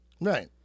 Right